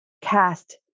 cast